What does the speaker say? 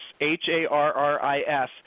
H-A-R-R-I-S